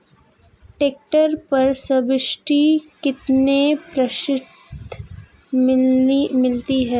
Tractor पर subsidy कितने प्रतिशत मिलती है?